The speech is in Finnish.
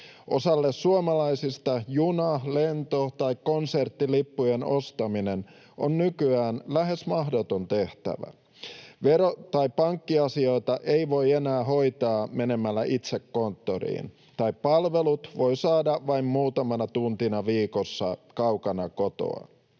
Osalle suomalaisista juna-, lento- tai konserttilippujen ostaminen on nykyään lähes mahdoton tehtävä. Vero- tai pankkiasioita ei voi enää hoitaa menemällä itse konttoriin, tai palvelut voi saada vain muutamana tuntina viikossa kaukana kotoa.